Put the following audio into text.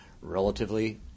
relatively